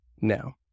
now